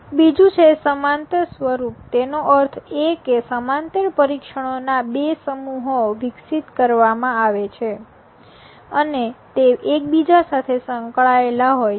બીજું છે સમાંતર સ્વરૂપ તેનો અર્થ એ કે સમાંતર પરીક્ષણોના બે સમૂહો વિકસિત કરવામાં આવે છે અને તે એકબીજા સાથે સંકળાયેલા હોય છે